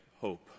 hope